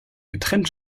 getrennt